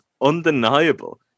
undeniable